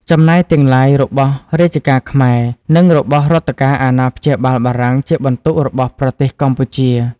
ចំណាយទាំងឡាយរបស់រាជការខ្មែរ និងរបស់រដ្ឋការអាណាព្យាបាលបារាំងជាបន្ទុករបស់ប្រទេសកម្ពុជា។